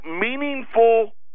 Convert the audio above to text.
meaningful